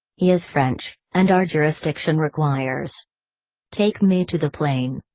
he is french, and our jurisdiction requires take me to the plane.